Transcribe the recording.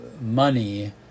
money